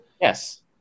Yes